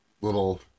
Little